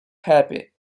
happy